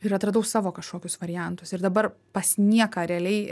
ir atradau savo kažkokius variantus ir dabar pas nieką realiai